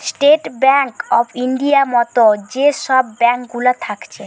state bank of ইন্ডিয়ার মত যে সব ব্যাঙ্ক গুলা থাকছে